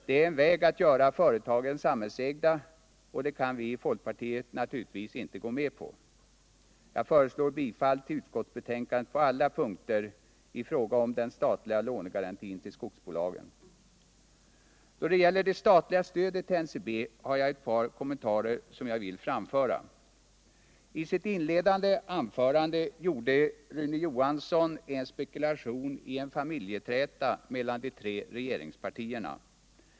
Det är en väg att göra företagen samhällsägda, och det kan vi i folkpartiet naturligtvis inte gå med på. Jag yrkar bifall till utskottets betänkande på alla punkter i fråga om den statliga lånegarantin till skogsbolagen. Då det gäller det statliga stödet till NCB vill jag göra ett par kommentarer. I sitt inledande anförande spekulerade Rune Johansson i Ljungby i en familjeträta mellan de tre regeringspartierna.